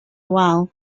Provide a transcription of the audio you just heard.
wal